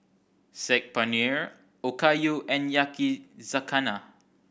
Saag Paneer Okayu and Yakizakana